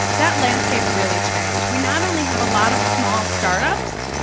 that landscape really changed. we not only have a lot of small start-ups,